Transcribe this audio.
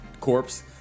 corpse